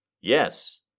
Yes